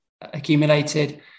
accumulated